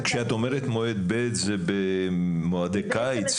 כשאת אומרת מועד ב', זה במועדי קיץ?